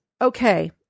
okay